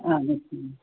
हा निश्चयेन